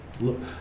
Look